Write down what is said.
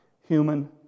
human